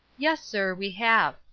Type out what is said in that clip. yes, sir, we have.